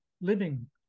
living